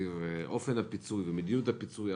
סביב אופן הפיצוי ומדיניות הפיצוי.